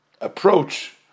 approach